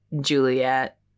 Juliet